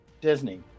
Disney